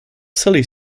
silly